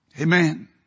Amen